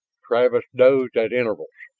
travis dozed at intervals,